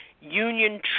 union